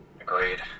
Agreed